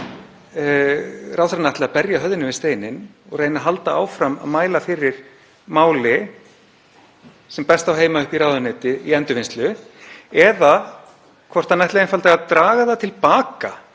vita hvort ráðherrann ætli að berja höfðinu við steininn og reyna að halda áfram að mæla fyrir máli sem best á heima í ráðuneytinu í endurvinnslu, eða hvort hann ætli einfaldlega að draga það til baka